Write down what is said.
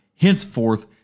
Henceforth